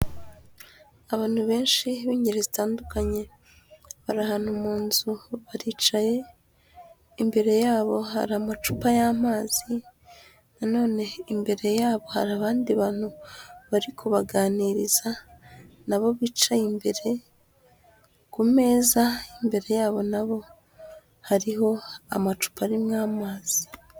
Abantu benshi b'ingeri zitandukanye, bari ahantu mu nzu baricaye, imbere yabo hari amacupa y'amazi, na none imbere yabo hari abandi bantu bari kubaganiriza na bo bicaye imbere, ku meza imbere yabo na bo hariho amacupa arimo amazi.